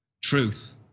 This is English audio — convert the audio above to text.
Truth